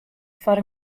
foar